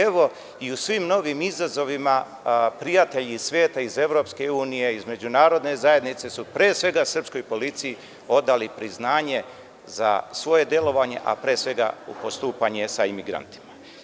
Evo i u svim novim izazovima prijatelji sveta, iz EU, iz Međunarodne zajednice su pre svega srpskoj policiji odali priznanje za svoje delovanje a pre svega u postupanje sa emigrantima.